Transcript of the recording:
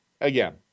again